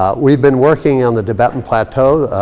ah we've been working on the tibetan plateau.